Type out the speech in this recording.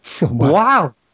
Wow